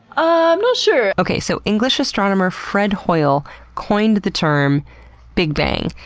i'm not sure. okay, so english astronomer fred hoyle coined the term big bang.